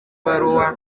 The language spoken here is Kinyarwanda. baruwa